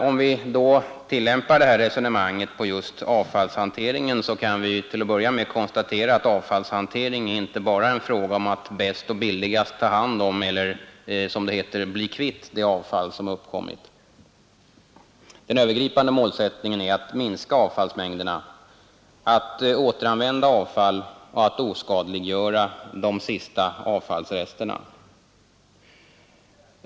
Om vi då tillämpar det här resonemanget på just avfallshanteringen, så kan vi till att börja med konstatera att avfallshantering inte bara är en fråga om att bäst och billigast ta hand om eller, som det heter, bli kvitt det avfall som uppkommit. Den övergripande målsättningen är att minska avfallsmängderna, att återanvända avfall och att oskadliggöra de sista avfallsresterna.